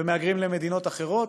ומהגרים למדינות אחרות,